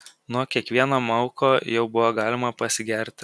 nuo kiekvieno mauko jau buvo galima pasigerti